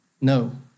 No